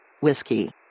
Whiskey